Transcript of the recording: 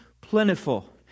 plentiful